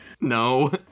No